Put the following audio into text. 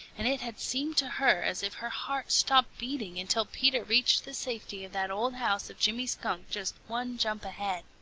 and it had seemed to her as if her heart stopped beating until peter reached the safety of that old house of jimmy skunk just one jump ahead.